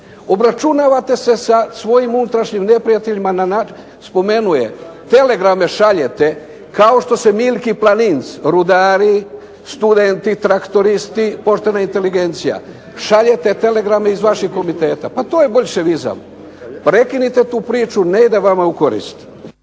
Obračunavate se sa svojim unutrašnjim neprijateljima na način, spomenuo je, telegrame šaljete kao što se Milki Planinc rudari, studenti, traktoristi, poštena inteligencija, šaljete telegrame iz vaših komiteta, pa to je boljševizam. Prekinite tu priču ne ide u vašu korist.